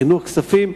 חינוך-כספים,